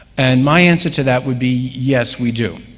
and my answer to that would be yes, we do.